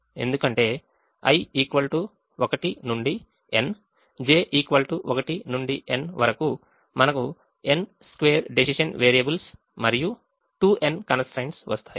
ఎందుకంటే i 1 నుండి n j 1 నుండి n వరకు మనకు n స్క్వేర్ డెసిషన్ వేరియబుల్స్ మరియు 2n కన్స్ ట్రైన్ట్స్ వస్తాయి